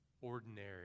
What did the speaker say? ordinary